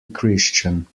christian